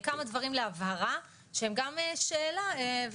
דברים להבהרה שהם גם שאלה.